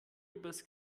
übers